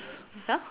!huh!